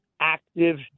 active